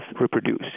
reproduce